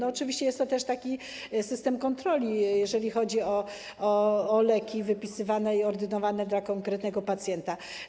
Oczywiście jest to też taki system kontroli, jeżeli chodzi o leki wypisywane i ordynowane dla konkretnego pacjenta.